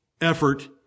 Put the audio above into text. effort